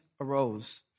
arose